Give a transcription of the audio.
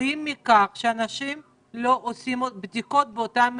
תלויים בכך שאנשים לא עושים עוד בדיקות באותם מקומות?